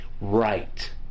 right